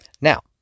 Now